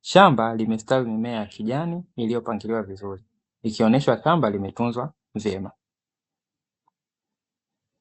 Shamba limestawi mimea ya kijani, iliyopangiliwa vizuri ikionesha shamba limetuzwa vyema.